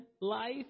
life